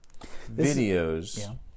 videos